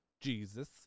Jesus